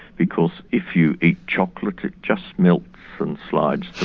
because if you eat chocolate it just melts and slides through.